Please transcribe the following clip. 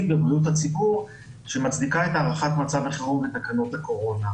בבריאות הציבור שמצדיקה את הארכת מצב החירום בתקנות הקורונה.